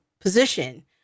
position